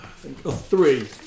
three